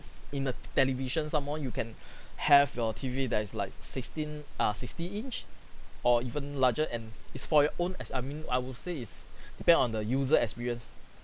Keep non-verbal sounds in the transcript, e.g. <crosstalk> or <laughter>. in a television some more you can <breath> have your T_V there is like sixteen err sixty inch or even larger and it's for your own as I mean I would say is depend on the user experience